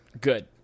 Good